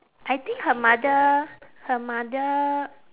I think her mother her mother